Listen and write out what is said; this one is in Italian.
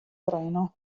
treno